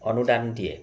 অনুদান দিয়ে